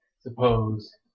suppose